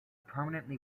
permanently